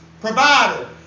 provider